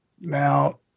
Now